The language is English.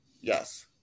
Yes